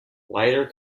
lighter